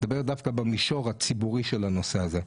דווקא במישור הציבורי של הנושא הזה: